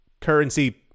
currency